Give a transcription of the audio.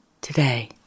today